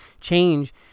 change